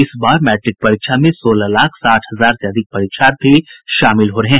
इस बार मैट्रिक परीक्षा में सोलह लाख साठ हजार से अधिक परीक्षार्थी शामिल होंगे